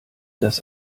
das